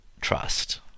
trust